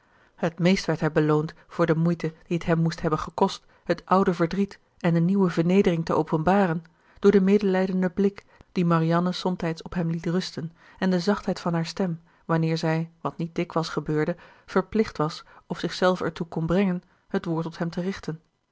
het meest werd hij beloond voor de moeite die het hem moest hebben gekost het oude verdriet en de nieuwe vernedering te openbaren door den medelijdenden blik dien marianne somtijds op hem liet rusten en de zachtheid van haar stem wanneer zij wat niet dikwijls gebeurde verplicht was of zichzelve ertoe kon brengen het woord tot hem te richten